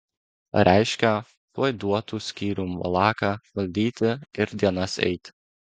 reiškia tuoj duotų skyrium valaką valdyti ir dienas eiti